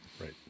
Right